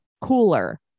cooler